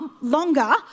longer